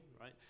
right